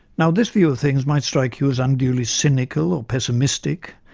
now this view of things might strike you as unduly cynical or pessimistic,